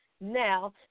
now